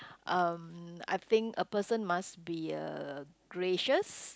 um I think a person must be uh gracious